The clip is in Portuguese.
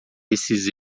esses